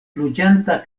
loĝanta